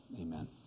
Amen